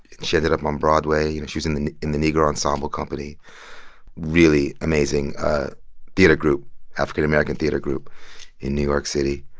she ended up on broadway. you know, she was in the in the negro ensemble company really amazing theater group african-american theater group in new york city.